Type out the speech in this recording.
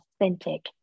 authentic